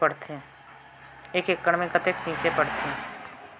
एक एकड़ मे कतेक छीचे पड़थे?